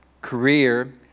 career